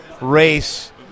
race